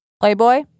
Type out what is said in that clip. Playboy